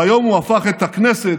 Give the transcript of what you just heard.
והיום הוא הפך את הכנסת